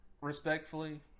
respectfully